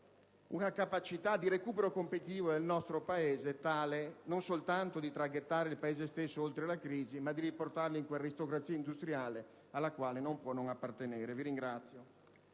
una capacità di recupero competitivo del nostro Paese tale non soltanto da traghettarlo oltre la crisi, ma da riportarlo in quella aristocrazia industriale alla quale non può non appartenere. *(Applausi